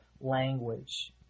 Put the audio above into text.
language